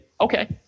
okay